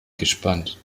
gespannt